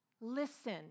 listen